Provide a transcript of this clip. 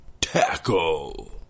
tackle